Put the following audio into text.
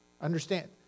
Understand